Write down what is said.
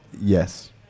Yes